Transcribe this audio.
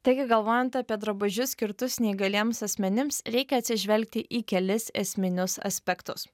taigi galvojant apie drabužius skirtus neįgaliems asmenims reikia atsižvelgti į kelis esminius aspektus